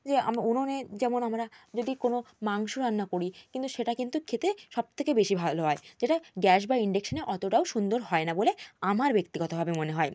যে উনুনে যেমন আমরা যদি কোনো মাংস রান্না করি কিন্তু সেটা কিন্তু খেতে সব থেকে বেশি ভালো হয় যেটা গ্যাস বা ইন্ডেকশানে অতোটাও সুন্দর হয় না বলে আমার ব্যক্তিগতভাবে মনে হয়